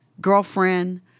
girlfriend